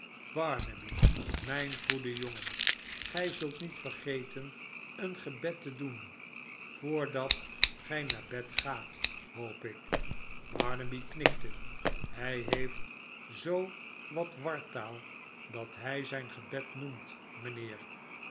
barnaby mijn goede jongen rii zult niet vergeten een gebed te doen voordat gij naar bed gaat hoop ik barnaby knikte hij heeft zoo wat wartaal dat hij zijn gebed noemt mijnheer